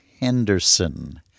Henderson